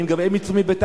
האם גם הם יצאו מביתם?